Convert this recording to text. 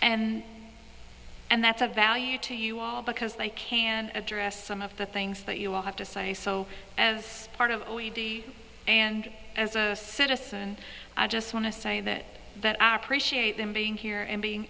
and and that's of value to you all because they can address some of the things that you will have to say so as part of o e d and as a citizen i just want to say that that i appreciate them being here and being